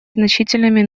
значительными